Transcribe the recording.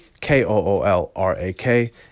K-O-O-L-R-A-K